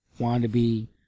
wannabe